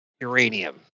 uranium